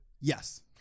Yes